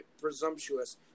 presumptuous